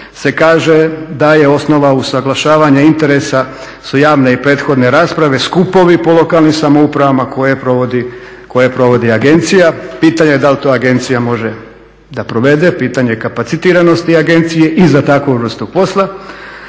se kaže da je osnova usuglašavanja interesa su javne i prethodne rasprave, skupovi po lokalnim samoupravama koje provodi agencija. Pitanje da li to agencija to može da provede, pitanje kapacitiranosti agencije i za takvu vrstu posla.